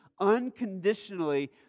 unconditionally